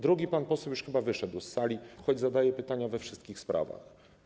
Drugi pan poseł już chyba wyszedł z sali, choć zadaje pytania we wszystkich sprawach.